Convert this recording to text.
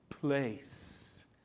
place